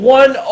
one